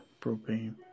propane